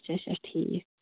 اچھا اچھا ٹھیٖک